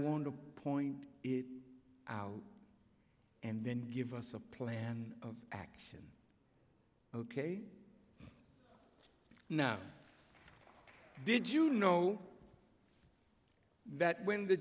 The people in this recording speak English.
want to point out and then give us a plan of action ok now did you know that when the